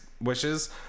wishes